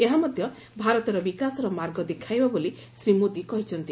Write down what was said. ଏହା ମଧ୍ୟ ଭାରତର ବିକାଶର ମାର୍ଗ ଦେଖାଇବ ବୋଲି ଶ୍ରୀ ମୋଦି କହିଛନ୍ତି